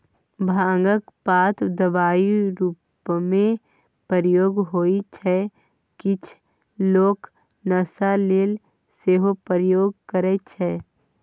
भांगक पात दबाइ रुपमे प्रयोग होइ छै किछ लोक नशा लेल सेहो प्रयोग करय छै